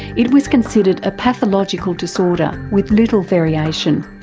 it was considered a pathological disorder with little variation.